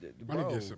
Bro